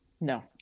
No